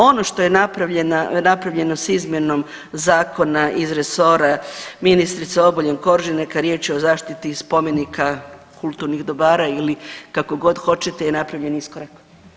Ono što je napravljeno s izmjenom zakona iz resora ministrice Obuljen Koržinek, a riječ je o zaštiti spomenika kulturnih dobara ili kako god hoćete je napravljen iskorak.